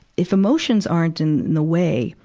if emotions aren't in the way,